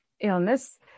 illness